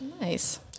Nice